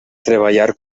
treballar